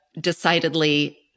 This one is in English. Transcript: decidedly